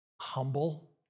humble